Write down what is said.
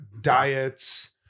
diets